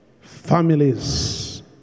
families